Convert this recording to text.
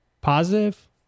positive